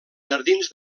jardins